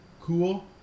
cool